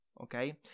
okay